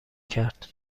کرد